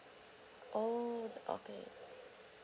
oh okay